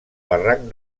barranc